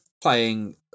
playing